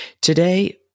Today